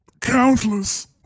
countless